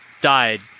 died